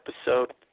episode